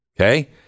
Okay